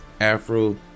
Afro